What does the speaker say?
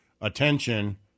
attention